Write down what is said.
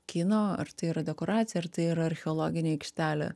kino ar tai yra dekoracija ar tai yra archeologinė aikštelė